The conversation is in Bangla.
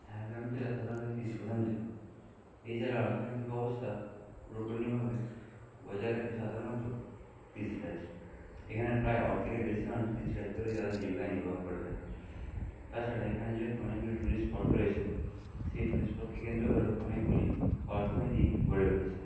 ঝাড়গ্রাম জেলা সাধারণত কৃষিপ্রধান জেলা এই জেলার অর্থনৈতিক অবস্থা পুরোপুরিভাবে বজায় রাখে সাধারণত কৃষিকাজ এখানে প্রায় অর্ধেকের বেশি মানুষ কৃষিকাজ করেই তাদের জীবিকা নির্বাহ করে থাকে তাছাড়া এখানে যেহেতু অনেকগুলি টুরিস্ট স্পট রয়েছে সেই টুরিস্টস্পটকে কেন্দ্র করে অনেকগুলি অর্থনীতি গড়ে উঠেছে